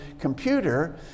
computer